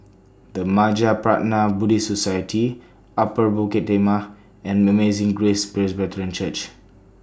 The Mahaprajna Buddhist Society Upper Bukit Timah and Amazing Grace Presbyterian Church